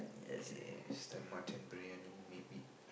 yes the mutton briyani maybe